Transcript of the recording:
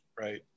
right